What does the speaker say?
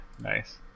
Nice